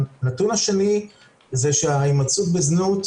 הנתון השני זה שההימצאות בזנות,